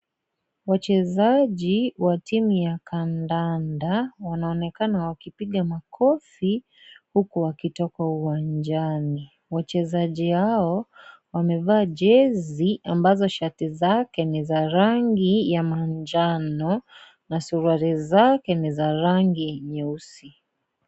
Wachezaji wa timu ya kandanda wanaonekana wakipiga makofi huku wakitoka uwanjani. Wachezaji hao wamevaa jezi ambazo shati zake ni za rangi ya manjano. Na suruali zake ni za rangi nyeusi.